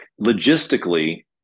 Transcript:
logistically